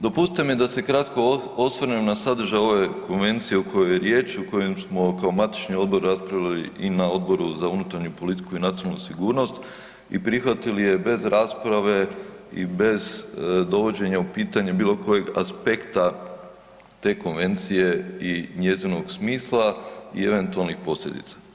Dopustite mi da se kratko osvrnem na sadržaj ove konvencije o kojoj je riječ i o kojoj smo kao matični odbor raspravili i na Odboru za unutarnju politiku i nacionalnu sigurnost i prihvatili je bez rasprave i bez dovođenja u pitanje bilo kojeg aspekta te konvencije i njezinog smisla i eventualnih posljedica.